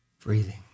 breathing